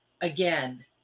again